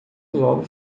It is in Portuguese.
logo